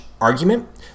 argument